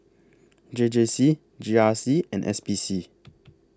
J J C G R C and S P C